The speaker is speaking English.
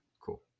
cool